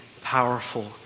powerful